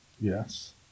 Yes